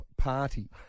party